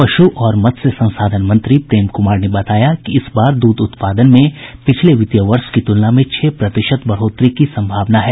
पशु और मत्स्य संसाधन मंत्री प्रेम कुमार ने बताया कि इस बार द्र्ध उत्पादन में पिछले वित्तीय वर्ष की तुलना में छह प्रतिशत बढ़ोतरी की संभावना है